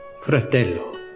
Fratello